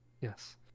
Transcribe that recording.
yes